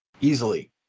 easily